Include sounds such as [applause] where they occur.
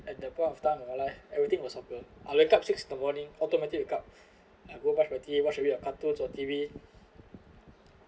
at the point of time I like everything was soccer I wake up six in the morning automatic wake up [breath] I go brush my teeth watch a bit of cartoons or T_V